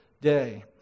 day